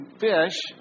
fish